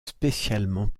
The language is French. spécialement